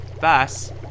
Thus